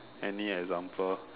any example